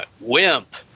Wimp